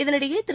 இதனிடையே திரு